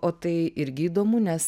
o tai irgi įdomu nes